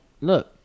look